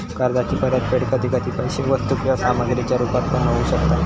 कर्जाची परतफेड कधी कधी पैशे वस्तू किंवा सामग्रीच्या रुपात पण होऊ शकता